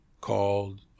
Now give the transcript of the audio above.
called